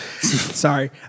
sorry